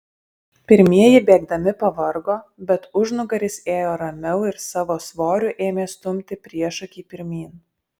pirmieji bėgdami pavargo bet užnugaris ėjo ramiau ir savo svoriu ėmė stumti priešakį pirmyn